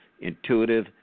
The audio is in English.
intuitive